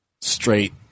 Straight